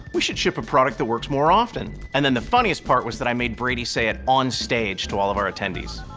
we should ship a product that works more often. and then the funniest part was that i made brady say it onstage to all of our attendees.